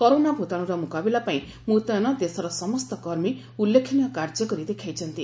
corona ଭୂତାଣୁର ମୁକାବିଲା ପାଇଁ ମୁତୟନ ଦେଶର ସମସ୍ତ କର୍ମୀ ଉଲ୍ଲେଖନୀୟ କାର୍ଯ୍ୟ କରି ଦେଖାଇଛନ୍ତି